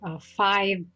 five